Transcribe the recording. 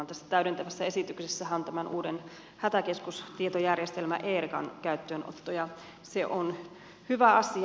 tässä täydentävässä esityksessähän on tämän uuden hätäkeskustietojärjestelmä erican käyttöönotto ja se on hyvä asia